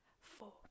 Four